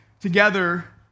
together